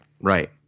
Right